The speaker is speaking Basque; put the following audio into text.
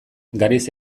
gariz